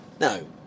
No